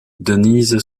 denise